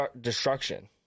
destruction